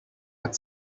but